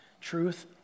truth